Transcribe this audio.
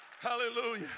Hallelujah